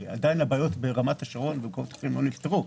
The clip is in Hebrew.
כי עדיין הבעיות ברמת השרון ובמקומות אחרים לא נפתרו.